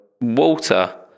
Walter